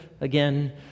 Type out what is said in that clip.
again